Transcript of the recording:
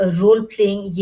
role-playing